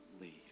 leave